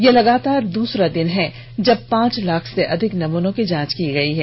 यह लगातार द्रसरा दिन है जब पांच लाख से अधिक नमनों की जांच हुई है